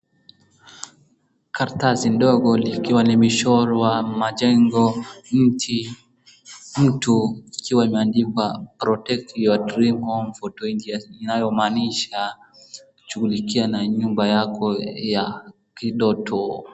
karatasi ndogo likiwa limechorwa majengo mtu ikiwa imeandikwa protect your dream home for twenty years .Inayomaanisha shughulikia na nyumba yako ya kidoto.